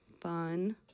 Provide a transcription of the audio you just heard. fun